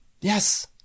Yes